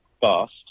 fast